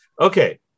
Okay